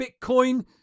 Bitcoin